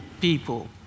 people